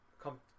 come